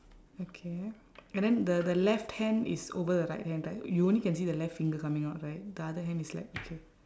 okay and then the the left hand is over the right hand right you only can see the left finger coming out right the other hand is like okay